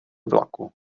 vlaku